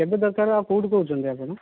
କେବେ ଦରକାର ଆଉ କେଉଁଠୁ କହୁଛନ୍ତି ଆପଣ